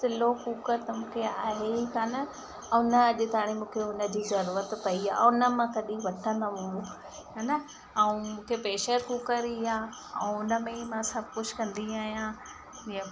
slow cooker त मूंखे आहे ई कोन्ह ऐं न अॼ ताणी मूंखे उनजी जरुरत पई आहे ऐं न मां कॾहिं वठंदमि उहो हा न ऐं मूंखे प्रेशर कुकर या ऐं उनमें ई मां सभु कुझु कंदी आहियां इअ